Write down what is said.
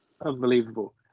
unbelievable